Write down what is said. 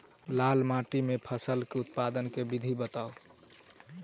लाल माटि मे फसल केँ उत्पादन केँ विधि बताऊ?